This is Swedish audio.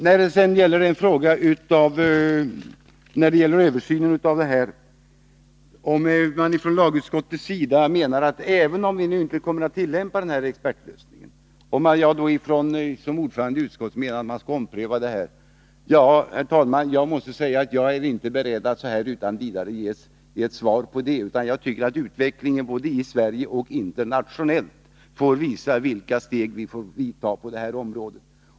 Då det gäller frågan om vi från lagutskottets sida skall ompröva det hela och inte tillämpa expertlösningen måste jag, herr talman, säga att jag inte är beredd att utan vidare ge ett svar på det. Utvecklingen både i Sverige och internationellt får visa vilka steg vi skall ta på detta område.